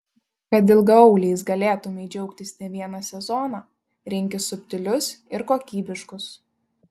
kad ilgaauliais galėtumei džiaugtis ne vieną sezoną rinkis subtilius ir kokybiškus